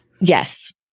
Yes